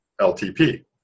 LTP